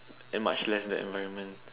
and much less the environment